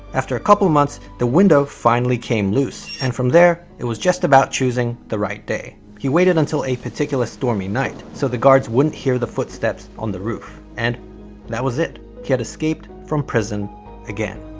after a couple of months, the window finally came loose. and from there it was just about choosing the right day. he waited until a particular stormy night so the guards wouldn't hear the footsteps on the roof. and that was it. he had escaped from prison again.